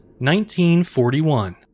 1941